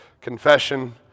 Confession